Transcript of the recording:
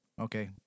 okay